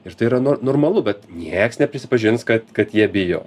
ir tai yra no normalu bet nieks neprisipažins kad kad jie bijo